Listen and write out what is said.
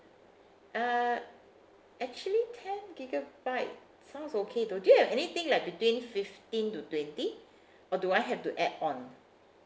uh actually ten gigabyte sounds okay though do you have anything like between fifteen to twenty or do I have to add on